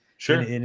Sure